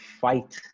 fight